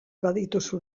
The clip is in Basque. badituzu